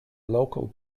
local